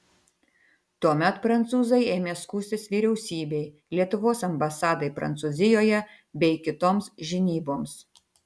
tuomet prancūzai ėmė skųstis vyriausybei lietuvos ambasadai prancūzijoje bei kitoms žinyboms